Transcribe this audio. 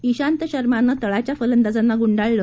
इशांत शर्मानं तळाच्या फलंदाजांना गुंडाळलं